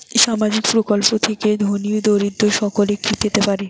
সামাজিক প্রকল্প থেকে ধনী দরিদ্র সকলে কি পেতে পারে?